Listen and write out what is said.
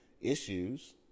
issues